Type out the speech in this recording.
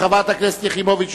חברת הכנסת שלי יחימוביץ,